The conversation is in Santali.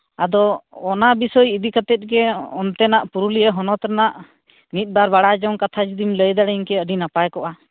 ᱟᱫᱚ ᱚᱱᱟ ᱵᱤᱥᱚᱭ ᱤᱫᱤ ᱠᱟᱛᱮᱫ ᱜᱮ ᱚᱱᱛᱮᱱᱟᱜ ᱯᱩᱨᱩᱞᱤᱭᱟᱹ ᱦᱚᱱᱚᱛ ᱨᱮᱱᱟᱜ ᱢᱤᱫᱼᱵᱟᱨ ᱵᱟᱲᱟᱭ ᱡᱚᱝ ᱠᱟᱛᱷᱟ ᱡᱩᱫᱤᱢ ᱞᱟᱹᱭ ᱫᱟᱲᱮᱭᱟᱹᱧ ᱠᱮᱭᱟ ᱟᱹᱰᱤ ᱱᱟᱯᱟᱭ ᱠᱚᱜᱼᱟ